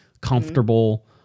comfortable